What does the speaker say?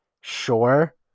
sure